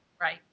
Right